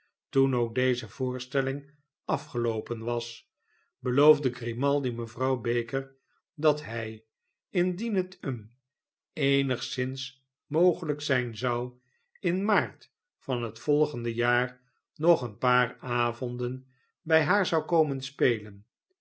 toen ook deze voorstelling afgeloopen was beloofde grimaldi mevrouw baker dat hij indien het hem eenigszins mogelyk zijn zou in maart van het volgende jaar nog een paar avonden by haar zou komen spelen